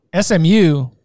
SMU